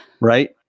right